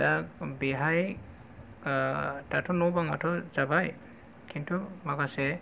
दा बेवहाय दाथ' न' बांआथ' जाबाय किन्तु माखासे